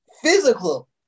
physical